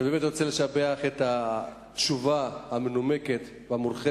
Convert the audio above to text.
אני באמת רוצה לשבח את אדוני השר על התשובה המנומקת והמורחבת.